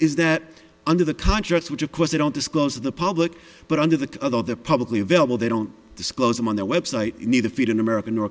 is that under the contracts which of course they don't disclose to the public but under the other publicly available they don't disclose them on the website you need to feed in america nor